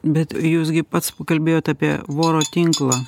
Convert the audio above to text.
bet jūs gi pats kalbėjot apie voro tinklą